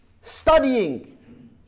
studying